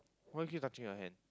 why you keep touching her hand